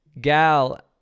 Gal